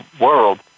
world